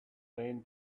train